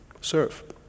Serve